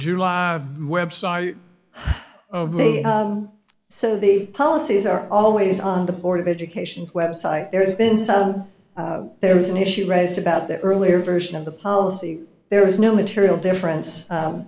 july website of may so the policies are always on the board of education's website there's been some there was an issue raised about the earlier version of the policy there is no material difference